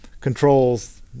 controls